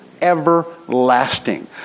everlasting